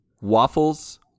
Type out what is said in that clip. Waffles